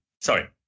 Sorry